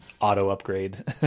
auto-upgrade